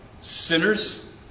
sinners